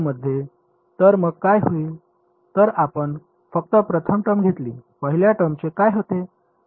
तर मग काय होईल जर आपण फक्त प्रथम टर्म घेतली पहिल्या टर्मचे काय होते